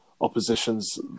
opposition's